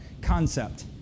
concept